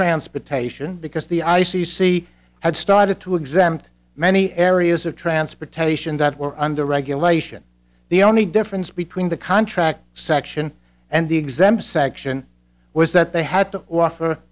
transportation because the i c c had started to exempt many areas of transportation that were under regulation the only difference between the contract section and the exempt section was that they had to offer